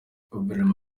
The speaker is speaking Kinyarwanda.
guverineri